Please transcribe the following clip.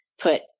put